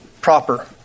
proper